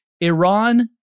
Iran